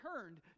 turned